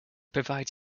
provides